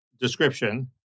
description